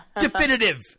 definitive